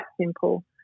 simple